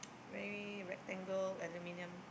very rectangle aluminium